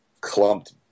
clumped